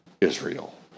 Israel